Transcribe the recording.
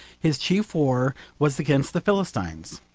his chief war was against the philistines.